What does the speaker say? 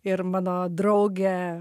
ir mano draugė